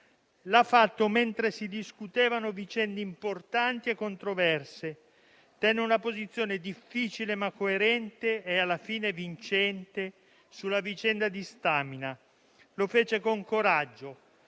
ha fatto mentre si discutevano temi importanti e controversi. Tenne una posizione difficile, ma coerente e alla fine vincente, sulla vicenda di Stamina: lo fece con coraggio,